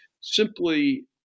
simply